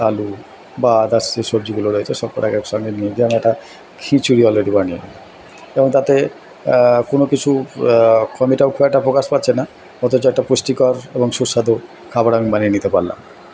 আলু বা আদার্স যে সবজিগুলো রয়েছে সব কটাকে একসঙ্গে নিয়ে গিয়ে আমি একটা খিচুড়ি আইটেম বানিয়ে নেবো কারণ তাতে কোনো কিছু ক্ষমতার খুব একটা প্রকাশ পাচ্ছে না অথচ একটা পুষ্টিকর এবং সুস্বাদু খাবার আমি বানিয়ে নিতে পারলাম